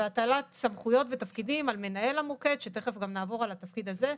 והטלת סמכויות ותפקידים על מנהל המוקד שתיכף גם נעבור על התפקיד הזה,